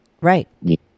Right